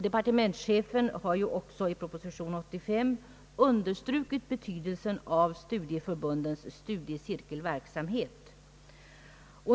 Departementschefen har även i proposition nr 85 understrukit betydelsen av dessa förbunds studiecirkelverksamhet.